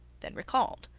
then recalled,